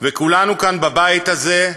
וכולנו כאן, בבית הזה,